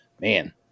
man